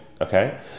okay